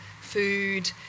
food